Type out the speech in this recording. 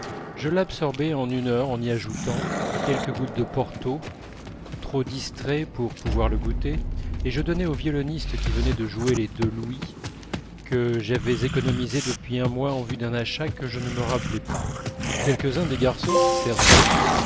je l'absorbais en une heure en y ajoutant quelques gouttes de porto trop distrait pour pouvoir le goûter et je donnais au violoniste qui venait de jouer les deux louis que j'avais économisés depuis un mois en vue d'un achat que je ne me rappelais pas quelques-uns des garçons qui servaient